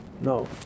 No